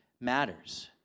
matters